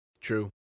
True